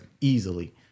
easily